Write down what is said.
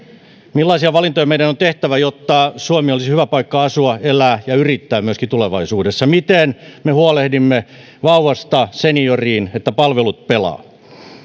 millaisia valintoja meidän on tehtävä jotta suomi olisi hyvä paikka asua elää ja yrittää myöskin tulevaisuudessa miten me huolehdimme vauvasta senioriin että palvelut pelaavat